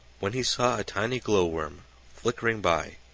when he saw a tiny glowworm flickering by.